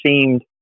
seemed